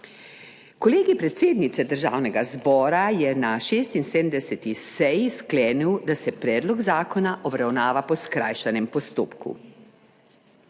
Kolegij predsednice Državnega zbora je na 76. seji sklenil, da se Predlog zakona obravnava po skrajšanem postopku.